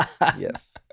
Yes